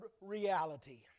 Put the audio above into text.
reality